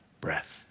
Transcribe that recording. breath